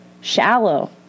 shallow